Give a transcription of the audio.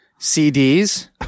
CDs